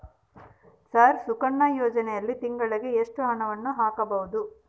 Sir Sukanya ಯೋಜನೆಯಲ್ಲಿ ತಿಂಗಳಿಗೆ ಎಷ್ಟು ಹಣವನ್ನು ಹಾಕಬಹುದು?